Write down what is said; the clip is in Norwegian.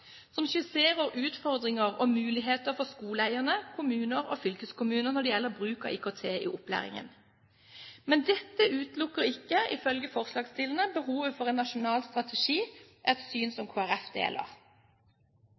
som skisserer utfordringer og muligheter for skoleeierne, kommuner og fylkeskommuner når det gjelder bruk av IKT i opplæringen. Men dette utelukker ikke, ifølge forslagsstillerne, behovet for en nasjonal strategi, et syn som Kristelig Folkeparti deler.